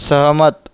सहमत